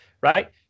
right